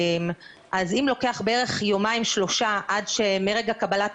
אז אם לוקח בערך יומיים-שלושה מרגע קבלת